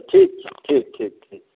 ठीक छै ठीक छै ठीक